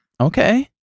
Okay